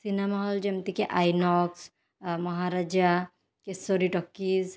cinema hall ଯେମିତିକି INOX Maharaja Kishori talkies